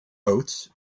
oats